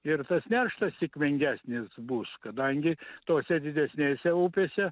ir tas nerštas sėkmingesnis bus kadangi tose didesnėse upėse